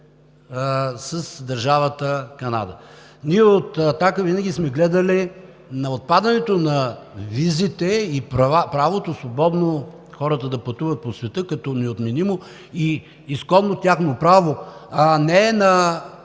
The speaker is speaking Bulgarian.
с държавата Канада. Ние от „Атака“ винаги сме гледали на отпадането на визите и свободното право хората да пътуват по света като неотменимо и изконно тяхно право, а не на